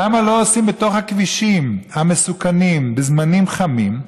למה לא עושים בתוך הכבישים המסוכנים, בזמנים חמים,